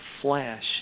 flash